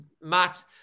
Matt